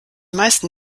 meisten